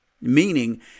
meaning